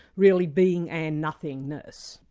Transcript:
really being a and nothingness.